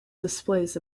displays